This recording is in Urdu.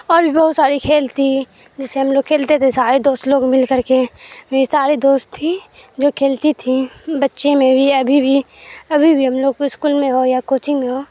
اور بھی بہت ساری کھیل تھی جسے ہم لوگ کھیلتے تھے سارے دوست لوگ مل کر کے بھی سارے دوست تھیں جو کھیلتی تھیں بچے میں بھی ابھی بھی ابھی بھی ہم لوگ کو اسکول میں ہو یا کوچنگ میں ہو